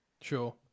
sure